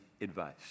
advice